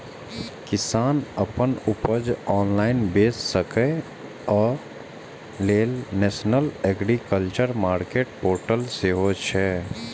किसान अपन उपज ऑनलाइन बेच सकै, अय लेल नेशनल एग्रीकल्चर मार्केट पोर्टल सेहो छै